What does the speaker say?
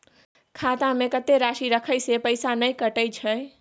खाता में कत्ते राशि रखे से पैसा ने कटै छै?